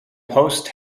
post